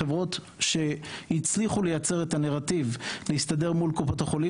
חברות שהצליחו לייצר את הנרטיב ולהסתדר מול קופות החולים,